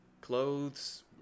clothes